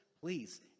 please